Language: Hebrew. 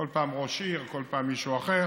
כל פעם עם ראש עיר, כל פעם מישהו אחר.